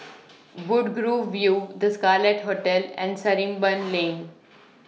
Woodgrove View The Scarlet Hotel and Sarimbun Lane